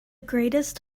greatest